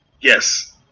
Yes